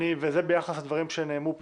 וזה ביחס לדברים שנאמרו פה,